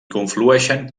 conflueixen